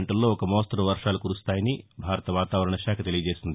గంటల్లో ఒక మోస్తరు వర్షాలు కురుస్తాయని భారత వాతావరణశాఖ తెలియజేసింది